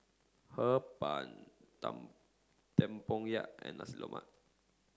Hee Pan Tempoyak and Nasi Lemak